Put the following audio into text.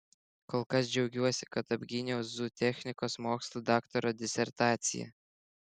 kol kas džiaugiuosi kad apgyniau zootechnikos mokslų daktaro disertaciją